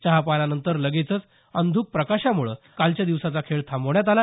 चहापानानंतर लगेचच अंधुक प्रकाशामुळे कालच्या दिवसाचा खेळ थांबवण्यात आला